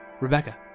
Rebecca